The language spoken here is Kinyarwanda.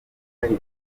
hari